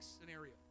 scenario